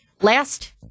Last